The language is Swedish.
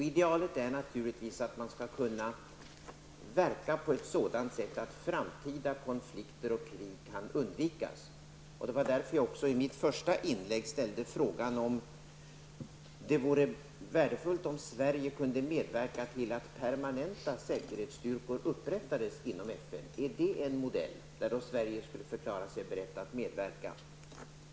Idealet är naturligtvis att man skall kunna verka på ett sådant sätt att framtida konflikter och krig kan undvikas. Det var därför som jag också i mitt första inlägg ställde frågan om det vore värdefullt om Sverige kunde medverka till att permanenta säkerhetsstyrkor upprättades inom FN. Är det en modell -- där alltså Sverige skulle förklara sig berett att medverka?